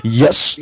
yes